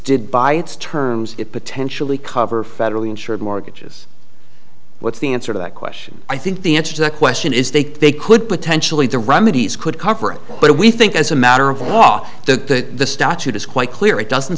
did bite terms it potentially cover federally insured mortgages what's the answer to that question i think the answer to that question is they they could potentially the remedies could cover it but we think as a matter of law the statute is quite clear it doesn't